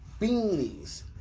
beanies